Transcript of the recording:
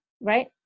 right